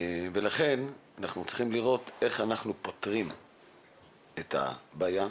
לכן אנחנו צריכים לראות איך אנחנו פותרים את הבעיה,